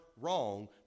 wrong